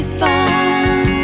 fun